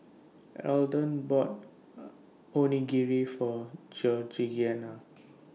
Alden bought Onigiri For Georgianna